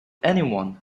anyone